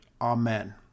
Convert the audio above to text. Amen